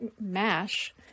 Mash